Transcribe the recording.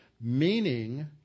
meaning